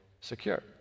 secure